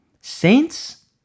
Saints